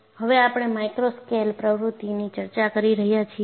હવે આપણે micro scale પ્રવૃત્તિની ચર્ચા કરી રહ્યા છીએ